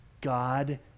God